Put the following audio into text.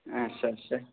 अच्छा अच्छा